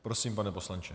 Prosím, pane poslanče.